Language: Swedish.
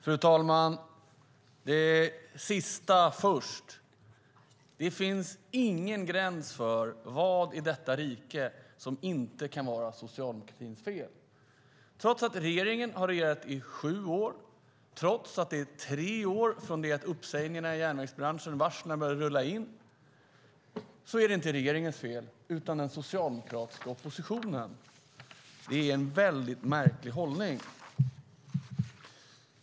Fru talman! Jag tar det sista först. Det finns ingen gräns för vad som i detta rike är socialdemokratins fel. Trots att regeringen har regerat i sju år och det är tre år sedan varslen i järnvägsbranschen började rulla in är det inte regeringens fel utan den socialdemokratiska oppositionens fel att det blivit så. Det är en märklig hållning.